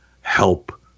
help